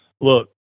Look